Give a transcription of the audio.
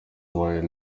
were